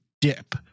dip